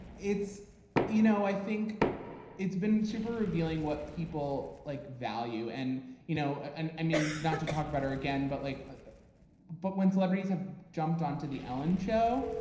you know i think it's been super revealing what people like value. and you know and i mean, not to talk about her again, but like ah but but when celebrities have jumped on to the ellen show,